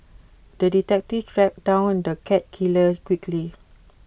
the detective tracked down the cat killer quickly